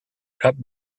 cup